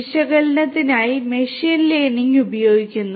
വിശകലനത്തിനായി machine learning ഉപയോഗിക്കുന്നു